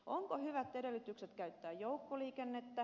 onko hyvät edellytykset käyttää joukkoliikennettä